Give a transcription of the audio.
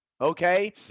Okay